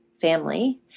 family